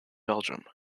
belgium